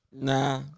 nah